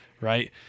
right